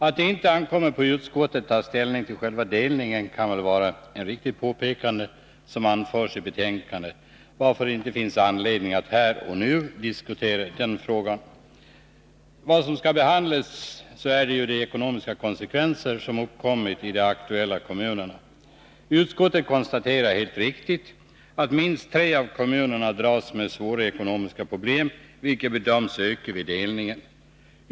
Att det inte ankommer på utskottet att ta ställning till själva delningen kan väl vara ett riktigt påpekande som anförs i betänkandet, varför det inte finns anledning att här och nu diskutera den frågan. Vad som skall behandlas är de ekonomiska konsekvenser som uppkommit i de aktuella kommunerna. Utskottet konstaterar helt riktigt att minst tre av kommunerna dras med svåra ekonomiska problem, vilka bedöms öka vid delningen.